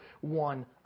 one